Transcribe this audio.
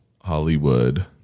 Hollywood